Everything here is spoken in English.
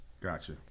Gotcha